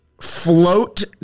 float